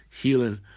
healing